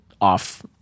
off